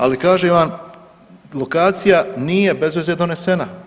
Ali kažem vam, lokacija nije bez veze donesena.